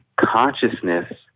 consciousness